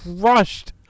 crushed